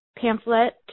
pamphlet